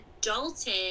Dalton